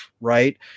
right